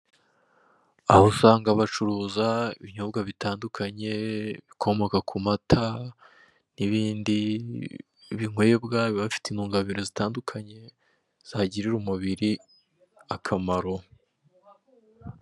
Aho usanga bacuruza ibinyobwa bitandukanye ibikomoka ku mata n'ibindi binywebwa biba bifite intungamubiri zitandukanye zagirira umubiri akamaro.